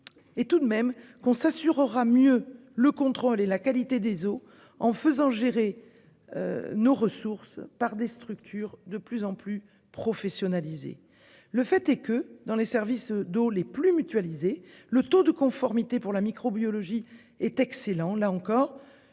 est tout de même que nous assurerons mieux le contrôle de la qualité des eaux en faisant gérer nos ressources par des structures de plus en plus professionnalisées. Le fait est que, dans les services d'eau les plus mutualisés, le taux de conformité microbiologique est excellent. Là encore,